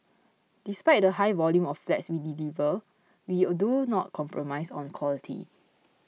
despite the high volume of flats we delivered we do not compromise on quality